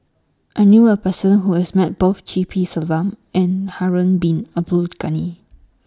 I knew A Person Who has Met Both G P Selvam and Harun Bin Abdul Ghani